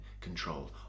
control